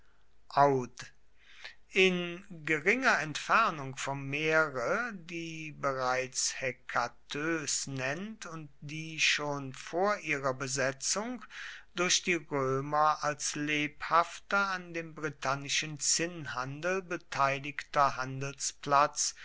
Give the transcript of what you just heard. in geringer entfernung vom meere die bereits hekatäos nennt und die schon vor ihrer besetzung durch die römer als lebhafter an dem britannischen zinnhandel beteiligter handelsplatz